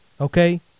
Okay